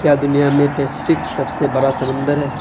کیا دنیا میں پیسیفک سب سے بڑا سمندر ہے